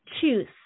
choose